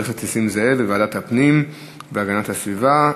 הכנסת נסים זאב בוועדת הפנים והגנת הסביבה.